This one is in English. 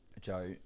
Joe